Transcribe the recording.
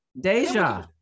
Deja